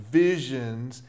visions